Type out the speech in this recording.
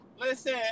Listen